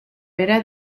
era